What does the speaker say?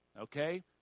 okay